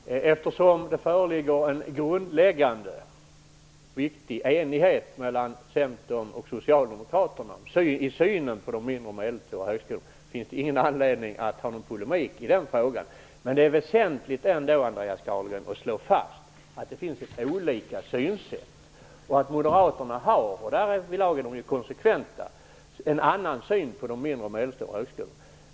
Fru talman! Eftersom det föreligger en grundläggande viktig enighet mellan centern och socialdemokraterna i synen på de mindre och medelstora högskolorna, finns det ingen anledning till polemik i den frågan. Men det är ändå väsentligt, Andreas Carlgren, att slå fast att det finns litet olika synsätt och att moderaterna har en annan syn - därvidlag är de konsekventa - på de mindre och medelstora högskolorna.